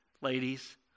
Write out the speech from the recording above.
ladies